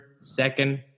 second